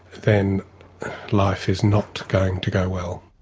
then life is not going to go well.